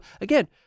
Again